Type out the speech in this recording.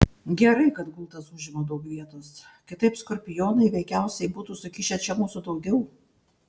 gerai kad gultas užima daug vietos kitaip skorpionai veikiausiai būtų sukišę čia mūsų daugiau